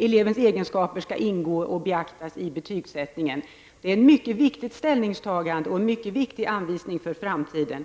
elevens egenskaper skall beaktas vid betygsättningen. Det är ett mycket viktigt ställningstagande och en mycket viktig anvisning för framtiden.